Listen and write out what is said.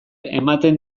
ematen